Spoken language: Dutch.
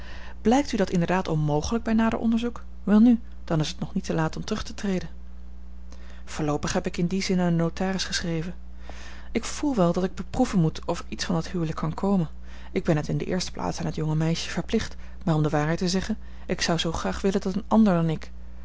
blijkt u dat inderdaad onmogelijk bij nader onderzoek weln dan is het nog niet te laat om terug te treden voorloopig heb ik in dien zin aan den notaris geschreven ik voel wel dat ik beproeven moet of er iets van dat huwelijk kan komen ik ben het in de eerste plaats aan het jonge meisje verplicht maar om de waarheid te zeggen ik zou zoo graag willen dat een ander dan ik